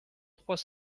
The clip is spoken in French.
trois